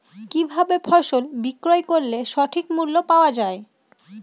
কি ভাবে ফসল বিক্রয় করলে সঠিক মূল্য পাওয়া য়ায়?